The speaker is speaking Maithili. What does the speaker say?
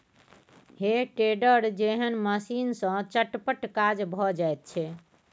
हे टेडर जेहन मशीन सँ चटपट काज भए जाइत छै